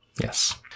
Yes